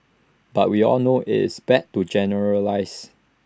but we all know it's bad to generalise